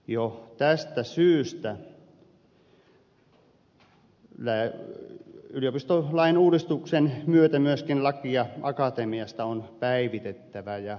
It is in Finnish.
jo tästä syystä yliopistolain uudistuksen myötä myöskin lakia akatemiasta on päivitettävä ja muutettava